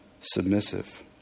submissive